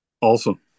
awesome